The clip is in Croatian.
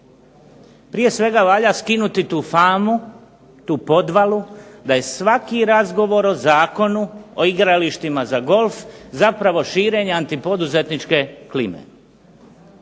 Prije svega valja skinuti tu famu, tu podvalu, da je svaki razgovor o zakonu o igralištima za golf zapravo širenje antipoduzetničke klime.